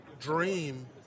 dream